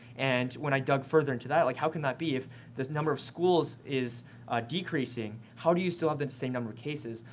and when i dug further into that, like, how can that be? if the number of schools is decreasing, how do you still have the same number of cases?